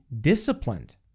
disciplined